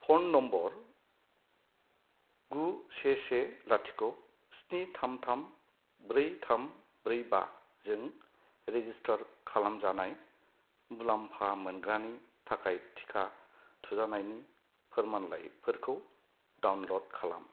phone number गु से से लाथिख' स्नि थाम थाम ब्रै थाम ब्रै बाजों रेजिसटार खालामजानाय मुलामफा मोनग्रानि थाखाय टिका थुजानायनि फोरमानलाइफोरखौ डाउनल'ड खालाम